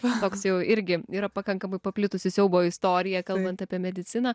toks jau irgi yra pakankamai paplitusi siaubo istorija kalbant apie mediciną